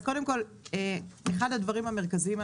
אחד הדברים המרכזיים,